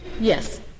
Yes